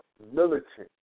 militant